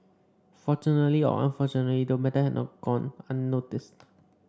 fortunately or unfortunately the matter had not gone unnoticed